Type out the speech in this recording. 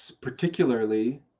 particularly